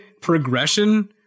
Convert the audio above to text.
progression